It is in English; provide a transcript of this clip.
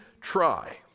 try